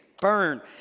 burn